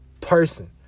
person